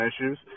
issues